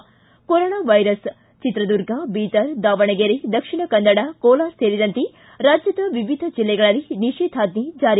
ಿ corona virus Chitradurga Bidar Davanagere Dakshina Kannada Kolar ಸೇರಿದಂತೆ ರಾಜ್ಯದ ವಿವಿಧ ಜಿಲ್ಲೆಗಳಲ್ಲಿ ನಿಷೇಧಾಜ್ಞೆ ಜಾರಿ